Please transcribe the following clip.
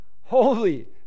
Holy